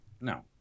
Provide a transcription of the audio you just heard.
no